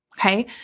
Okay